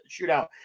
shootout